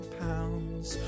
pounds